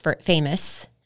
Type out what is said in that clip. famous